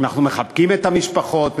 אנחנו מחבקים את המשפחות,